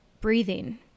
breathing